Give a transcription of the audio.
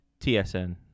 TSN